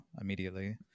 immediately